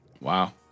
Wow